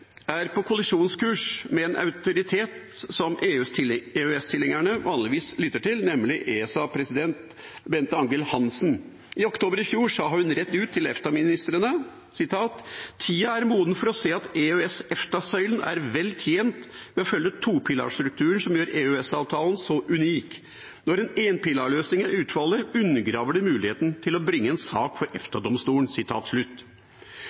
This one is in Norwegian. er på kollisjonskurs med en autoritet som EØS-tilhengerne vanligvis lytter til, nemlig ESA-president Bente Angell-Hansen. I oktober i fjor sa hun rett ut til EFTA-ministrene: Tida er moden for å se at EØS–EFTA-søylen er vel tjent med å følge topilarstrukturen som gjør EØS-avtalen så unik. Når en énpilarløsning er utfallet, undergraver det muligheten til å bringe en sak for